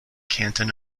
canton